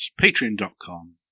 patreon.com